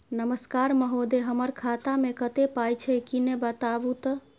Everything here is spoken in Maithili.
नमस्कार महोदय, हमर खाता मे कत्ते पाई छै किन्ने बताऊ त?